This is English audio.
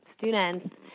students